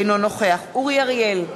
אינו נוכח אורי אריאל,